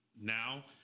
now